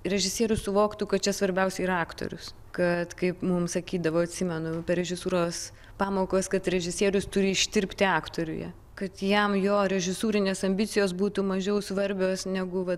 režisierius suvoktų kad čia svarbiausia yra aktorius kad kaip mum sakydavo atsimenu per režisūros pamokas kad režisierius turi ištirpti aktoriuje kad jam jo režisūrinės ambicijos būtų mažiau svarbios negu vat